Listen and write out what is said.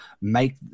make